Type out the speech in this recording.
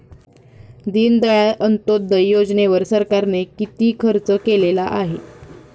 दीनदयाळ अंत्योदय योजनेवर सरकारने किती खर्च केलेला आहे?